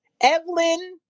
Evelyn